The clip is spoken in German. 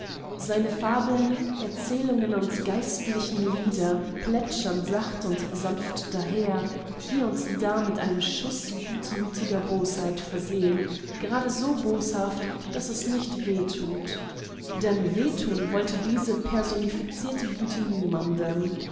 seine fabeln erzählungen und geistlichen lieder plätschern sacht und sanft daher hie und da mit einem schuß gutmütiger bosheit versehen gerade so boshaft daß es nicht weh tut weh tun wollte diese personifizierte güte niemandem